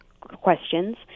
questions